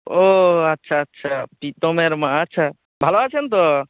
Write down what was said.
ও আচ্ছা আচ্ছা প্রীতমের মা আচ্ছা ভালো আছেন তো